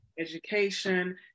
Education